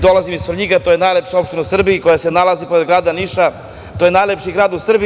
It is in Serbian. Dolazim iz Svrljiga, to je najlepša opština u Srbiji, koja se nalazi pored grada Niša, to je najlepši grad u Srbiji.